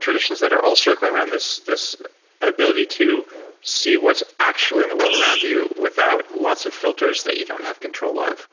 traditions that are all circling around this this ability to see what's actually in the world around you without lots of filters that you don't have control of.